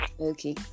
Okay